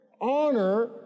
Honor